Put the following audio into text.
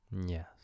Yes